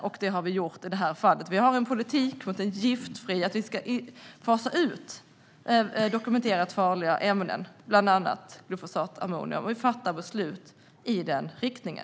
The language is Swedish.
Så har vi gjort i det här fallet. Vi har nu en politik för att fasa ut dokumenterat farliga ämnen, bland annat glufosinatammonium, och vi fattar beslut i den riktningen.